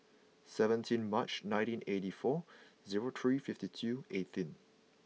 seventeen March nineteen eighty four zero three fifty two eighteenth